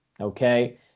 Okay